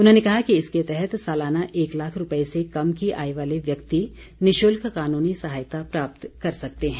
उन्होंने कहा कि इसके तहत सालाना एक लाख रूपए से कम की आय वाले व्यक्ति निशुल्क कानूनी सहायता प्राप्त कर सकते हैं